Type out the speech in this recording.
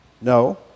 No